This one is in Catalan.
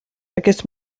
aquest